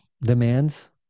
demands